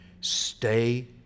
stay